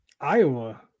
Iowa